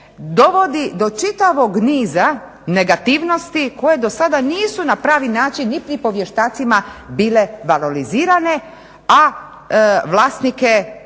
dovodi do čitavog niza negativnosti koje dosada nisu na pravi način niti po vještacima bile valorizirane, a vlasnike